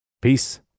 Peace